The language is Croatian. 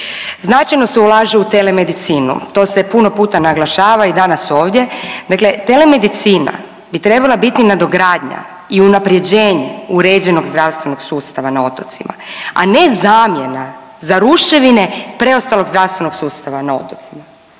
Značajno se ulaže u telemedicinu to se puno puta naglašava i danas ovdje, dakle telemedicina bi trebala biti nadogradnja i unaprijeđenije uređenog zdravstvenog sustava na otocima, a ne zamjena za ruševine preostalog zdravstvenog sustava na otocima.